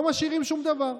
לא משאירים שום דבר.